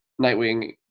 Nightwing